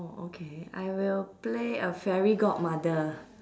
oh okay I will play a fairy godmother